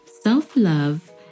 self-love